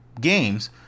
games